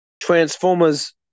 Transformers